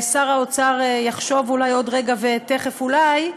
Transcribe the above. שר האוצר יחשוב אולי עוד רגע ותכף אולי,